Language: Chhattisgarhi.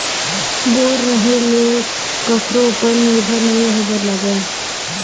बोर रहें ले कखरो उपर निरभर नइ रहे बर लागय